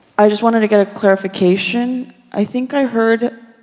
i just wanted to get a clarification. i think i heard,